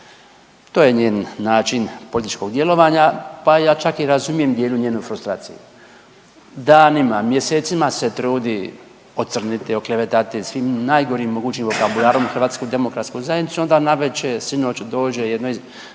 To je njen način političkog djelovanja, pa ja čak i razumijem dijelom njenu frustraciju. Danima, mjesecima se trudi ocrniti i oklevetati svim najgorim mogućim vokabularom HDZ, onda navečer sinoć dođe jedno vrlo